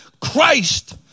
Christ